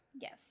Yes